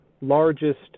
largest